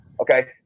Okay